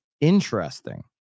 Interesting